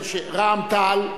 רע"ם-תע"ל,